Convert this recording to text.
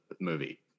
movie